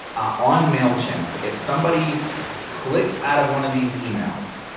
ah on mailchimp, if somebody clicks out of one of these emails,